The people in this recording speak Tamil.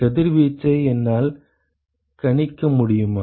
கதிர்வீச்சை என்னால் கணிக்க முடியுமா